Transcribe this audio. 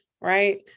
right